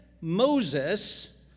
Moses